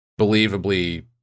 believably